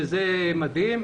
שזה מדהים,